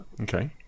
Okay